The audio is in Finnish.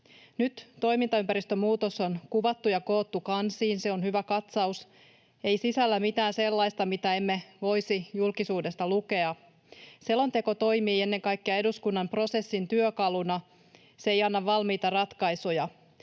Nyt toimintaympäristön muutos on kuvattu ja koottu kansiin. Se on hyvä katsaus, ei sisällä mitään sellaista, mitä emme voisi julkisuudesta lukea. Selonteko toimii ennen kaikkea eduskunnan prosessin työkaluna, se ei anna valmiita ratkaisuja.